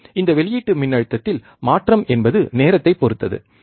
மற்றும் இந்த வெளியீட்டு மின்னழுத்தத்தில் மாற்றம் என்பது நேரத்தைப் பொறுத்தது